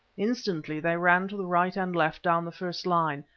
instantly they ran to the right and left down the first line,